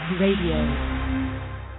Radio